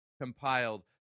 compiled